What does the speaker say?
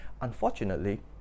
Unfortunately